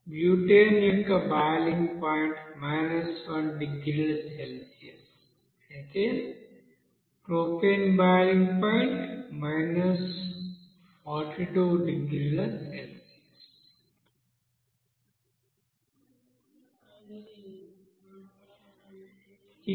butane యొక్క boiling point 1 డిగ్రీల Celsius అయితే ప్రొపేన్ బాయిలింగ్ పాయింట్ 42 డిగ్రీల సెల్సియస్